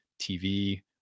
TV